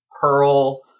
pearl